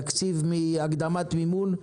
תקציב מהקדמת מימון,